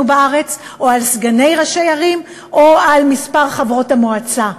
בארץ או על סגני ראשי ערים או על מספר חברות המועצה.